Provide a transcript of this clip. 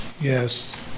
Yes